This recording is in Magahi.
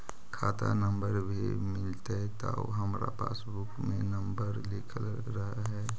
खाता नंबर भी मिलतै आउ हमरा पासबुक में नंबर लिखल रह है?